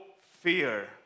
fear